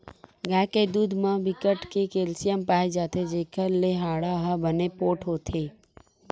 गाय के दूद म बिकट के केल्सियम पाए जाथे जेखर ले हाड़ा ह बने पोठ होथे